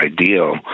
ideal